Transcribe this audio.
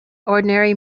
ordinary